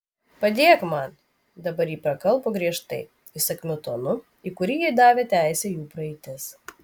padėk man dabar ji prakalbo griežtai įsakmiu tonu į kurį jai davė teisę jų praeitis